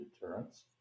deterrence